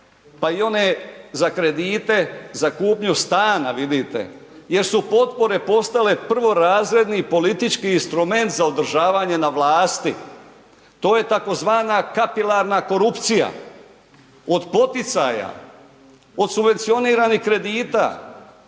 pa i one za kredite, za kupnju stana vidite jer su potpore postale prvorazredni politički instrument za održavanje na vlasti, to je tzv. kapilarna korupcija od poticaja, od subvencioniranih kredita.